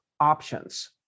options